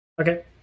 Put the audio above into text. Okay